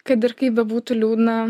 kad ir kaip bebūtų liūdna